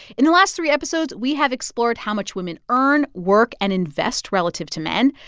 in the last three episodes, we have explored how much women earn, work and invest relative to men.